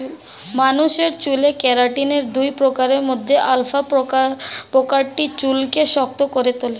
মানুষের চুলে কেরাটিনের দুই প্রকারের মধ্যে আলফা প্রকারটি চুলকে শক্ত করে তোলে